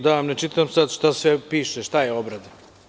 Da vam ne čitam sad šta sve piše šta je obrada.